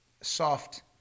soft